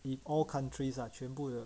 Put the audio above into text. with all countries ah 全部都